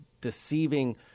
deceiving